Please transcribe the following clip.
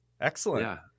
Excellent